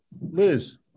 Liz